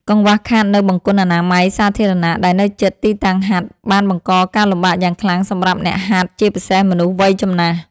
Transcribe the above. កង្វះខាតនូវបង្គន់អនាម័យសាធារណៈដែលនៅជិតទីតាំងហាត់ បានបង្កការលំបាកយ៉ាងខ្លាំងសម្រាប់អ្នកហាត់ ជាពិសេសមនុស្សវ័យចំណាស់។